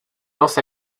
lance